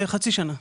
חצי שנה.